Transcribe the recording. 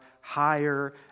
higher